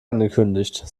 angekündigt